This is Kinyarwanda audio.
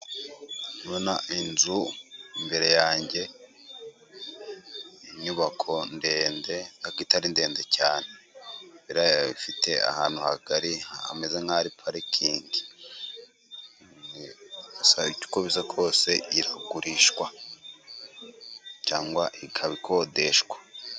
Ndabona inzu imbere yanjye inyubako ndende itari ndende cyane, imbere yayo ifite ahantu hagari hameze nk'ahari parikingi uko kose iragurishwa cyangwa ikaba ikodeshwa.